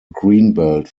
greenbelt